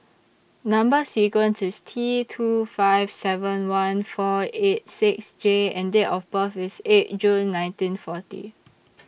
Number sequence IS T two five seven one four eight six J and Date of birth IS eight June nineteen forty